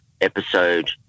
episode